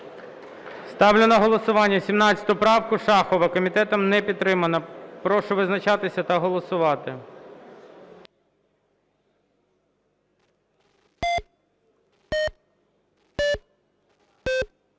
Ставлю на голосування 17 правку Шахова. Комітетом не підтримана. Прошу визначатися та голосувати.